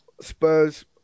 Spurs